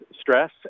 stress